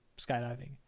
skydiving